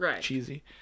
cheesy